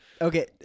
Okay